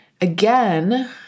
again